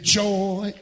joy